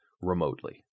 remotely